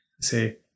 Say